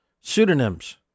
Pseudonyms